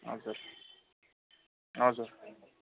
हजुर हजुर